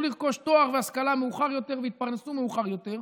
לרכוש תואר והשכלה מאוחר יותר ויתפרנסו מאוחר יותר,